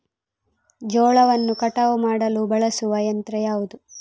ಜೋಳವನ್ನು ಕಟಾವು ಮಾಡಲು ಬಳಸುವ ಯಂತ್ರ ಯಾವುದು?